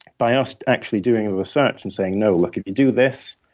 by us actually doing research and saying, no, look, if you do this,